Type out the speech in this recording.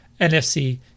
nfc